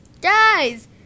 Guys